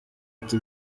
ati